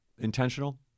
Intentional